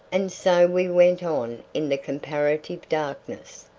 and so we went on in the comparative darkness,